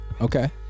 okay